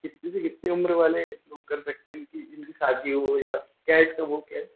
कितने से कितने उम्र वाले लोग कर सकते हैं इनकी इनकी शादी हो या केश ना हो